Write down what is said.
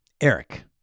Eric